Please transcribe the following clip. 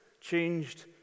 changed